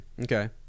okay